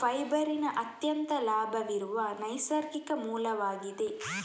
ಫೈಬರಿನ ಅತ್ಯಂತ ಲಭ್ಯವಿರುವ ನೈಸರ್ಗಿಕ ಮೂಲವಾಗಿದೆ